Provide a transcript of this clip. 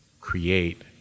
create